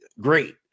great